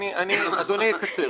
אדוני, אני אקצר.